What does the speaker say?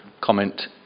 comment